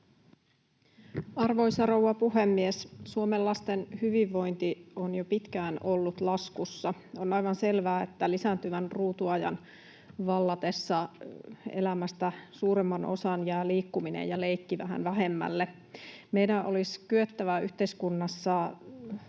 Arvoisa rouva puhemies! Suomen lasten hyvinvointi on jo pitkään ollut laskussa. On aivan selvää, että lisääntyvän ruutuajan vallatessa elämästä suurimman osan jäävät liikkuminen ja leikki vähän vähemmälle. Meidän olisi kyettävä yhteiskunnassa